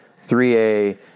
3A